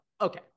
Okay